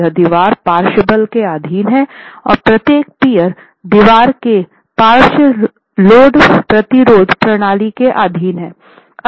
यह दीवार पार्श्व बल के अधीन है और प्रत्येक पियर दीवार के पार्श्व लोड प्रतिरोध प्रणाली के अधीन है